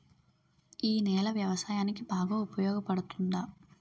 ఈ నేల వ్యవసాయానికి బాగా ఉపయోగపడుతుందా?